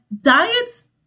diets